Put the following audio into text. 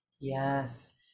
yes